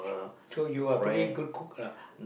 so you are pretty good cook ah